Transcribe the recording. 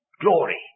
glory